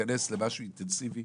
להיכנס למשהו אינטנסיבי,